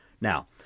now